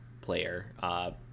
player